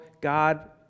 God